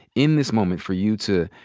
in this moment for you to,